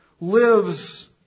lives